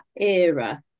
era